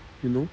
you know